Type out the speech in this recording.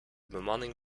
bemanning